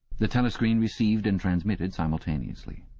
the telescreen received and transmitted simultaneously.